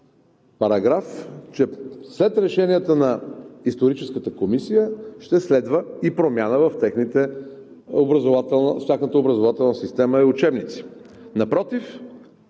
параграф, че след решенията на Историческата комисия ще следва и промяна в тяхната образователна система и учебници. Напротив,